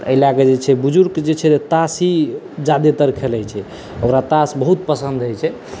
एहि लए कऽ जे छै बुजुर्ग केँ जे छै तासे जादेतर खेलै छै ओकरा तास बहुत पसन्द होइ छै